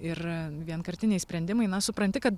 ir vienkartiniai sprendimai na supranti kad